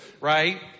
right